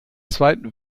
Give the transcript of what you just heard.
zweiten